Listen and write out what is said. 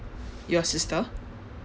your sister